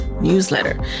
newsletter